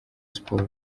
sports